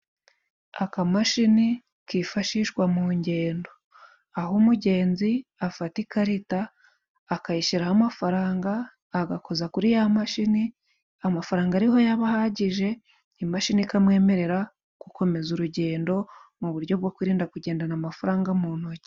Akamashini kifashishwa mu ngendo, aho umugenzi afata ikarita akayishyiraho amafaranga agakoza kuri ya mashini amafaranga ariho yaba ahagije, imashini ikamwemerera gukomeza urugendo, mu buryo bwo kwirinda kugendana amafaranga mu ntoki.